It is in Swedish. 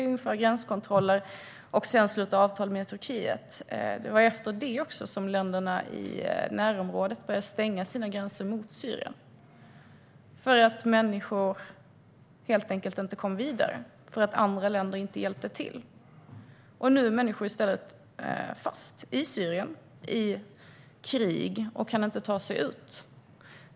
De införde gränskontroller, och sedan slöts avtal med Turkiet. Det var efter det som länderna i närområdet började stänga sina gränser mot Syrien. Människor kom helt enkelt inte vidare för att andra länder inte hjälpte till. Nu är människor i stället fast i Syrien i krig och kan inte ta sig ut.